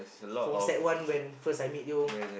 from sec one when first I meet you